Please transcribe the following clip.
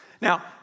Now